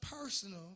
personal